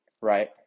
right